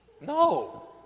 No